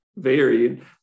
varied